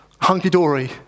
Hunky-dory